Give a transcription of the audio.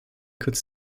could